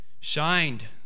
shined